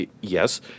yes